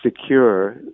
secure